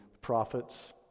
prophets